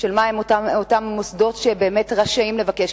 שבאמת רשאים לבקש.